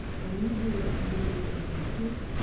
when you hear, community engagement,